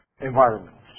environments